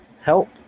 Help